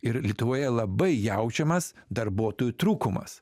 ir lietuvoje labai jaučiamas darbuotojų trūkumas